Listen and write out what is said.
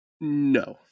no